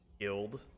guild